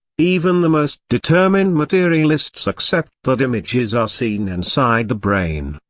even the most determined materialists accept that images are seen inside the brain.